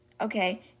Okay